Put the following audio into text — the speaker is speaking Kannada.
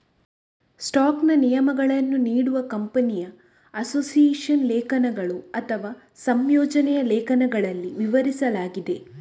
ಸ್ಟಾಕ್ನ ನಿಯಮಗಳನ್ನು ನೀಡುವ ಕಂಪನಿಯ ಅಸೋಸಿಯೇಷನ್ ಲೇಖನಗಳು ಅಥವಾ ಸಂಯೋಜನೆಯ ಲೇಖನಗಳಲ್ಲಿ ವಿವರಿಸಲಾಗಿದೆ